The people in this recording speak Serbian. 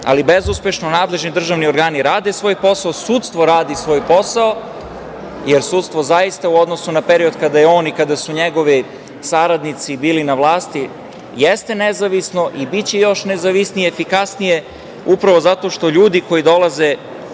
ali bezuspešno. Nadležni državni organi rade svoj posao, sudstvo radi svoj posao, jer sudstvo zaista u odnosu na period kada je on i kada su njegovi saradnici bili na vlasti, jeste nezavisno i biće još nezavisnije, efikasnije upravo zato što ljudi koji dolaze